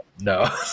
No